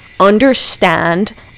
understand